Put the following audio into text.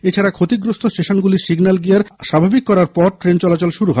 এছাড়া ক্ষতিগ্রস্ত স্টেশনগুলির সিগন্যাল গিয়ার স্বাভাবিক করার পর ট্রেন চলাচল শুরু হয়